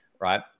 right